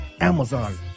Amazon